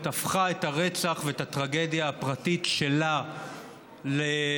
הפכה את הרצח ואת הטרגדיה הפרטית שלה לניסיון